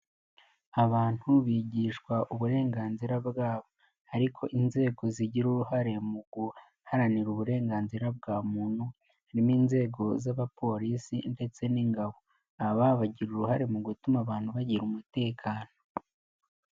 Abantu bigishwa uburenganzira bwabo ariko inzego zigira uruhare mu guharanira uburenganzira bwa muntu harimo inzego z'abapolisi ndetse n'ingabo, aba bagira uruhare mu gutuma abantu bagira umutekano.